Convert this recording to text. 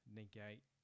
negate